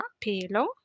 pelo